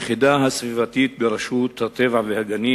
היחידה הסביבתית ברשות הטבע והגנים,